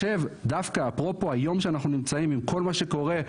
דווקא אפרופו היום שאנחנו נמצאים עם כל מה שקורה,